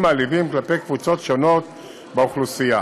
מעליבים כלפי קבוצות שונות באוכלוסייה.